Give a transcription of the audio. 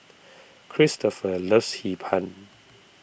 Cristofer loves Hee Pan